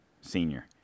senior